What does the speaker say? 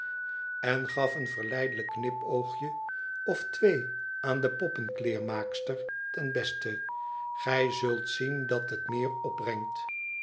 en gaf een verleidelijk knipoogje of twee aan de poppenkleermaakster ten beste igij zult zien dat het meer opbrengt